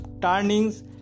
turnings